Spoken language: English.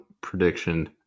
prediction